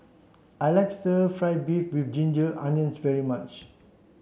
I like stir fry beef with ginger onions very much